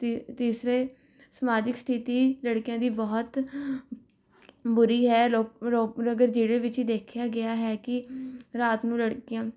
ਤੀ ਤੀਸਰੇ ਸਮਾਜਿਕ ਸਥਿਤੀ ਲੜਕੀਆਂ ਦੀ ਬਹੁਤ ਬੁਰੀ ਹੈ ਰੋ ਰੂਪਨਗਰ ਜ਼ਿਲ੍ਹੇ ਵਿੱਚ ਦੇਖਿਆ ਗਿਆ ਹੈ ਕਿ ਰਾਤ ਨੂੰ ਲੜਕੀਆਂ